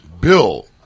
Bill